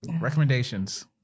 Recommendations